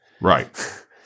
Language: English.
Right